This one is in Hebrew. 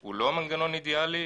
הוא לא מנגנון אידיאלי.